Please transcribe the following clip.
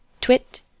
Twit